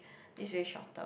this way shorter